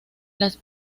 las